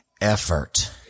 effort